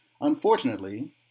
Unfortunately